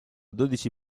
dodici